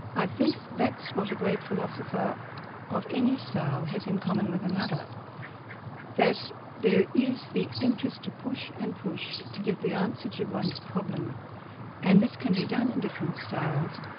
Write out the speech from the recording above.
i think that's what a great philosopher of any style has in common with another that there is the interest to push and push to get the answer to one's problem and this can be done in different styles.